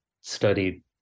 studied